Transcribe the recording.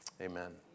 Amen